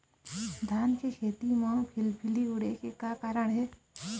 धान के खेती म फिलफिली उड़े के का कारण हे?